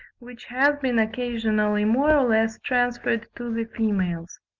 which has been occasionally more or less transferred to the females.